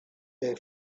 they